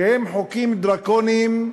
שהם חוקים דרקוניים,